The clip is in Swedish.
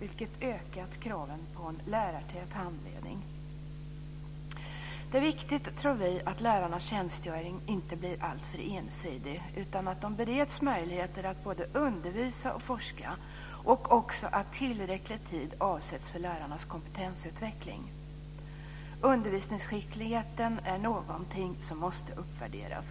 vilket ökat kraven på lärartät handledning. Det är viktigt, tror vi, att lärarnas tjänstgöring inte blir alltför ensidig, utan att de bereds möjligheter att både undervisa och forska och också att tillräcklig tid avsätts för lärarnas kompetensutveckling. Undervisningsskickligheten är någonting som måste uppvärderas.